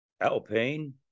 Alpine